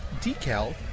decal